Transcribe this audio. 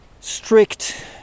strict